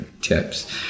tips